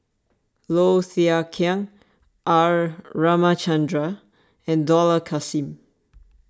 Low Thia Khiang R Ramachandran and Dollah Kassim